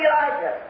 Elijah